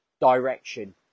direction